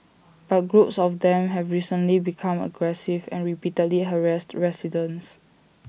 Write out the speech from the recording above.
but groups of them have recently become aggressive and repeatedly harassed residents